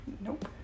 Nope